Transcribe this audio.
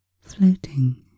floating